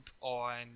on